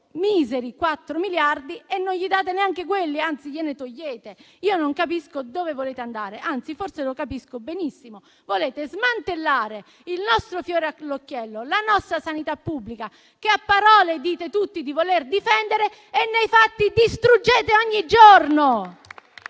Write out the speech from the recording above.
miseri quattro miliardi, ma non gli date neanche quelli: anzi, gliene togliete. Io non capisco dove volete andare; anzi, forse lo capisco benissimo. Volete smantellare il nostro fiore all'occhiello, la nostra sanità pubblica, che a parole dite tutti di voler difendere e nei fatti distruggete ogni giorno.